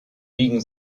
biegen